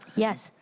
yes.